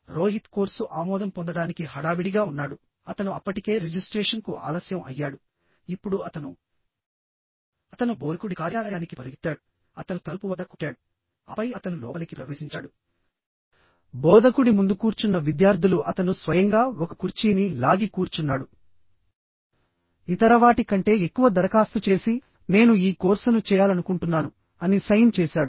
Rohit course ఆమోదం పొందడానికి హడావిడిగా ఉన్నాడు అతను అప్పటికే రిజిస్ట్రేషన్కు ఆలస్యం అయ్యాడు ఇప్పుడు అతను అతను బోధకుడి కార్యాలయానికి పరుగెత్తాడు అతను తలుపు వద్ద కొట్టాడు ఆపై అతను లోపలికి ప్రవేశించాడు బోధకుడి ముందు కూర్చున్న విద్యార్థులు అతను స్వయంగా ఒక కుర్చీని లాగి కూర్చున్నాడు ఇతర వాటి కంటే ఎక్కువ దరఖాస్తు చేసి నేను ఈ కోర్సును చేయాలనుకుంటున్నాను అని సైన్ చేశాడు